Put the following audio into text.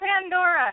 Pandora